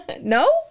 No